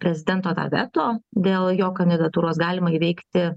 prezidento tą veto dėl jo kandidatūros galima įveikti